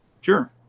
Sure